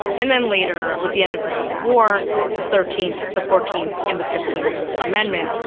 and then later with the end of the civil war the thirteenth, the fourteenth and the fifteenth amendment,